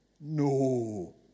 No